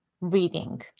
reading